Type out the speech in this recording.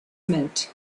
meant